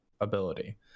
ability